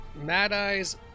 Mad-eyes